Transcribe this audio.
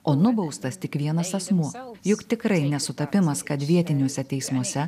o nubaustas tik vienas asmuo juk tikrai ne sutapimas kad vietiniuose teismuose